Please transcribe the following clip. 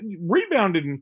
rebounded